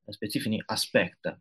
specifinį aspektą